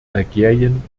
algerien